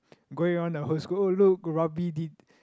going around the whole school oh look rugby did